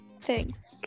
Thanks